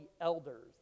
elders